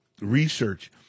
research